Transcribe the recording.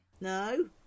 No